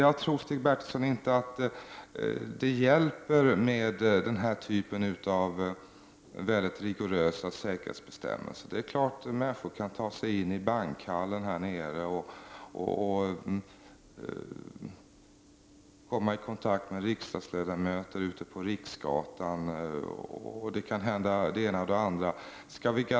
Jag tror inte, Stig Bertilsson, att det hjälper med den här typen av mycket rigorösa säkerhetsbestämmelser. Det är klart att människor kan ta sig in i bankhallen och komma i kontakt med riksdagsledamöter ute på Riksgatan och att det ena och det andra kan hända.